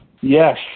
Yes